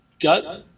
got